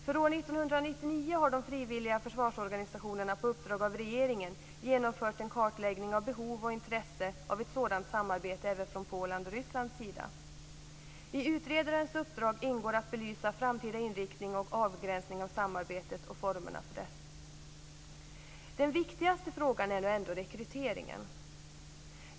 För år 1999 har de frivilliga försvarsorganisationerna på uppdrag av regeringen genomfört en kartläggning av behov och intresse av ett sådant samarbete även från Polens och Rysslands sida. I utredarens uppdrag ingår att belysa framtida inriktning och avgränsning av samarbetet och formerna för detta. Den viktigaste frågan är nog ändå rekryteringen.